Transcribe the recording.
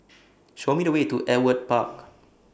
Show Me The Way to Ewart Park